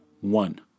one